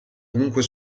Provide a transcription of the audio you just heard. comunque